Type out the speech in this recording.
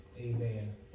amen